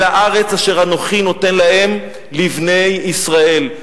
אל הארץ אשר אנוכי נותן להם לבני ישראל.